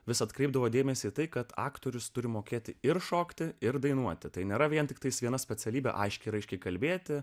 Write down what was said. vis atkreipdavo dėmesį į tai kad aktorius turi mokėti ir šokti ir dainuoti tai nėra vien tiktai vieną specialybę aiškiai raiškiai kalbėti